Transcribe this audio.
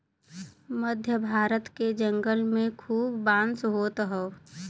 मध्य भारत के जंगल में खूब बांस होत हौ